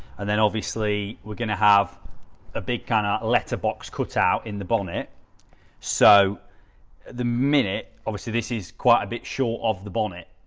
and then obviously we're going to have a big kind of letterbox cut out in the bonnet so the minute obviously this is quite a bit short of the bonnet.